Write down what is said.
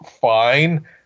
fine